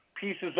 pieces